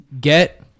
get